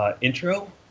intro